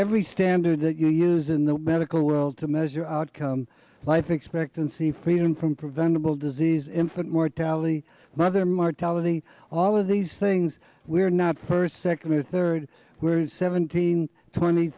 every standard that you use in the medical world to measure outcome life expectancy freedom from preventable disease infant mortality mother martelli all of these things we're not first second or third where it's seventeen twenty